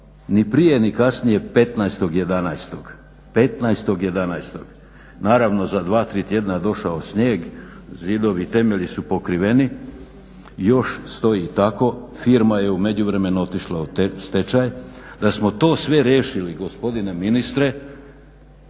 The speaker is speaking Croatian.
ni prije ni kasnije 15.11. Naravno, za dva-tri tjedna je došao snijeg, zidovi i temelji su pokriveni, još stoji tako, firma je u međuvremenu otišla u stečaj. Da smo to sve riješili gospodine ministre